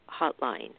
Hotline